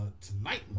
Tonight